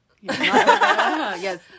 Yes